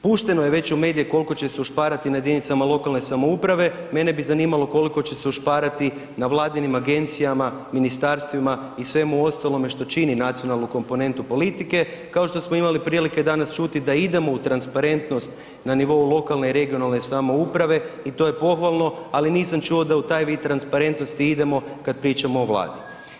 Pušteno je već u medije koliko će se ušparati na jedinicama lokalne samouprave, mene bi zanimalo koliko će se ušparati na Vladinim agencijama, ministarstvima i svemu ostalomu što čini nacionalnu komponentu politike kao što smo imali prilike danas čuti da idemo u transparentnost na nivou lokalne i regionalne samouprave i to je pohvalno, ali nisam čuo da u taj vid transparentnosti idemo kada pričamo o Vladi.